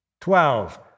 Twelve